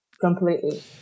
Completely